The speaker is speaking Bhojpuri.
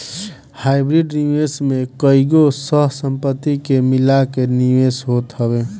हाइब्रिड निवेश में कईगो सह संपत्ति के मिला के निवेश होत हवे